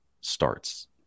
starts